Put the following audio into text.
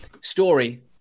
story